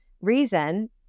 reason